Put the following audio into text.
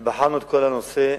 ובחנו את כל הנושא.